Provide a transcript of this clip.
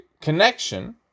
connection